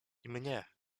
mnie